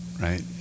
Right